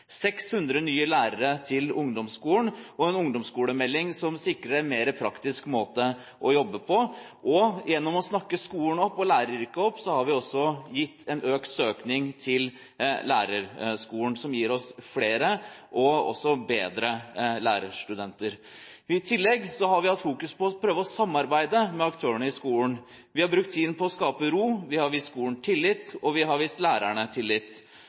600 nye lærere til ungdomsskolen og en ungdomsskolemelding som sikrer en mer praktisk måte å jobbe på. Gjennom å snakke skolen og læreryrket opp har vi også fått en økt søkning til lærerskolen, som gir oss flere og også bedre lærerstudenter. I tillegg har vi hatt fokus på å prøve å samarbeide med aktørene i skolen. Vi har brukt tiden på å skape ro, vi har vist skolen tillit, og vi har vist lærerne tillit.